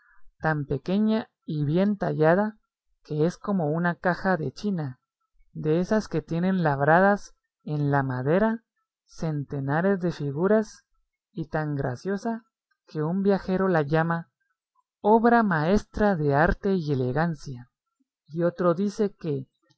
tan pequeña y bien tallada que es como una caja de china de esas que tienen labradas en la madera centenares de figuras y tan graciosa que un viajero la llama obra maestra de arte y elegancia y otro dice que